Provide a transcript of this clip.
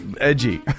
Edgy